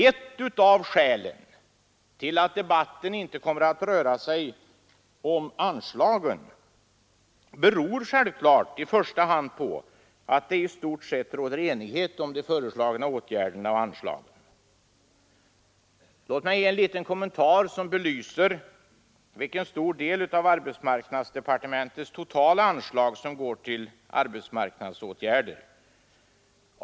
Ett av skälen till att debatten inte kommer att röra sig om anslagen är självfallet i första hand att det i stort sett råder enighet om de föreslagna åtgärderna och anslagen. Låt mig göra en liten kommentar som belyser vilken stor del av arbetsmarknadsdepartementets totala anslag som går till arbetsmarknadsåtgärder.